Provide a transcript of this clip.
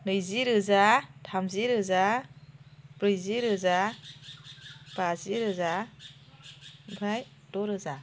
नैजिरिजा थामजिरोजा ब्रैजिरोजा बाजिरोजा आमफ्राय द'रोजा